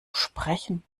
sprechen